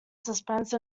suspense